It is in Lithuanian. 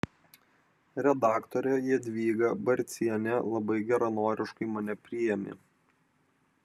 redaktorė jadvyga barcienė labai geranoriškai mane priėmė